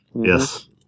Yes